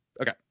Okay